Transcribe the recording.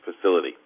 Facility